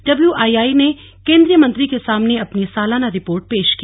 W I I ने केंद्रीय मंत्री के सामने अपनी सालाना रिपोर्ट पेश की